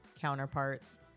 counterparts